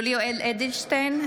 (קוראת בשמות חברי הכנסת) יולי יואל אדלשטיין,